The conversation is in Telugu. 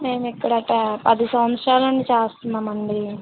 మేమిక్కడ పది సంవత్సరాల నుంచి చేస్తున్నామండీ